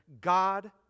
God